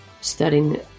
studying